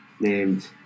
named